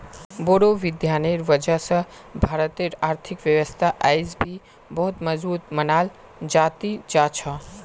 बोड़ो विद्वानेर वजह स भारतेर आर्थिक व्यवस्था अयेज भी बहुत मजबूत मनाल जा ती जा छ